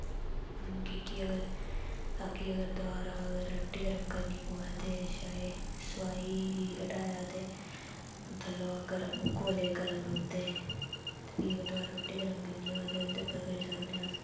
कि केह् अगर दवारा अगर रुट्टी गर्म करनी पवै ते छड़े सोआही गी हटाया ते थ'ल्ले गर्म कोले गर्म रौह्दें ते फ्ही अगर दवारा रुट्टी गर्म करनी होऐ ते उं'दे उप्पर करी सकने अस